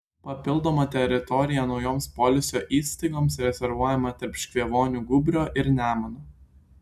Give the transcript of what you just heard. papildoma teritorija naujoms poilsio įstaigoms rezervuojama tarp škėvonių gūbrio ir nemuno